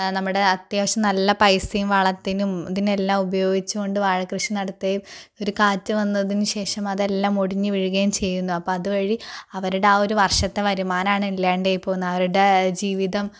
നമ്മുടെ അത്യാവശ്യ നല്ല പൈസയും വളത്തിനും ഇതിനെല്ലാം ഉപയോഗിച്ചു കൊണ്ട് വാഴകൃഷി നടത്തി ഒരു കാറ്റ് വന്നതിനു ശേഷം അതെല്ലാം ഒടിഞ്ഞുവീഴുകയും ചെയ്യുന്നു അപ്പം അതുവഴി അവരുടെ ആ ഒരു വർഷത്തെ വരുമാനമാനമാണ് ഇല്ലാണ്ടായി പോവുന്നത് അവരുടെ ജീവിതം